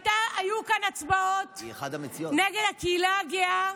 מצביע נגד, חבר הכנסת סימון דוידסון.